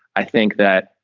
i think that,